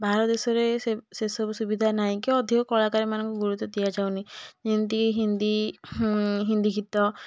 ବାହାର ଦେଶରେ ସେ ସେ ସବୁ ସୁବିଧା ନାହିଁ କି ଅଧିକ କଳାକାରମାନଙ୍କୁ ଗୁରୁତ୍ତ୍ୱ ଦିଆଯାଉନି ଯେମିତିକି ହିନ୍ଦି ହିନ୍ଦି ଗୀତ